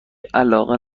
علاقه